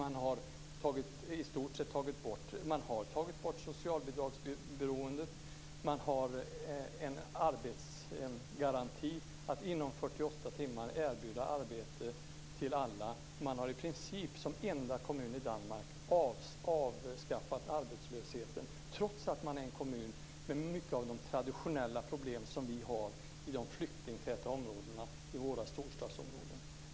Man har tagit bort socialbidragsberoendet, och man har en arbetsgaranti, dvs. att inom 48 timmar erbjuda arbete till alla. Man har i princip som enda kommun i Danmark avskaffat arbetslösheten, trots att man är en kommun med många av de traditionella problem som finns i de flyktingtäta områdena i våra storstadsområden.